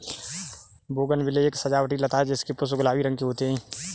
bougainvillea एक सजावटी लता है जिसके पुष्प गुलाबी रंग के होते है